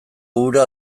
ura